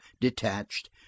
detached